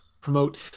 promote